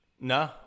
No